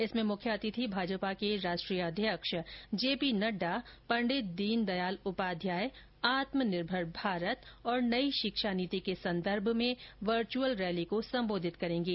इसमें मुख्य अतिथि भाजपा के राष्ट्रीय अध्यक्ष जेपी नड्डा पंडित दीनदयाल उपाध्याय आत्मनिर्भर भारत और नई शिक्षा नीति के संदर्भ में वर्च्यअल रैली को संबोधित करेंगे